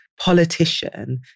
politician